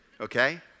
okay